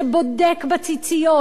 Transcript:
שבודק בציציות,